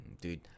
Dude